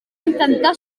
intentar